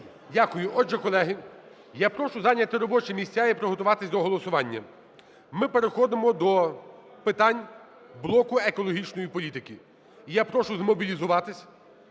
Дякую. Отже, колеги, я прошу зайняти робочі місця і приготуватись до голосування. Ми переходимо до питань блоку екологічної політики. І я прошу змобілізуватись.